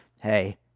hey